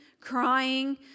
crying